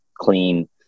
clean